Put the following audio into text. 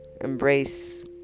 embrace